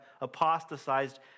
apostatized